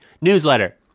newsletter